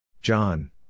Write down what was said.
John